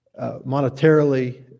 monetarily